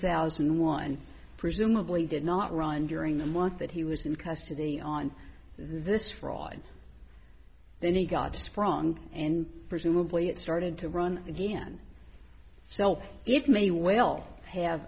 thousand and one presumably did not run during the month that he was in custody on this fraud then he got sprung and presumably it started to run again so it may well have